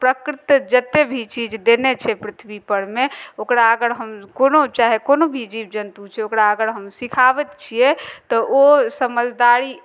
प्रकृत जतेक भी चीज देने छै पृथ्बी परमे ओकरा अगर हम कोनो चाहे कोनो भी जीब जन्तु छै ओकरा अगर हम सिखाबैत छियै तऽ ओ समझदारी